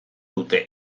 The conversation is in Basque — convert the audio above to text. dute